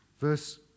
Verse